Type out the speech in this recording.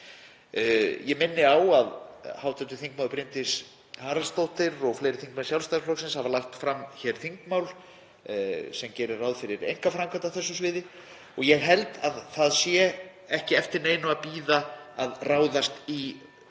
Ég minni á að hv. þm. Bryndís Haraldsdóttir og fleiri þingmenn Sjálfstæðisflokksins hafa lagt fram þingmál sem gerir ráð fyrir einkaframkvæmd á þessu sviði. Ég held að það sé ekki eftir neinu að bíða með að ráðast í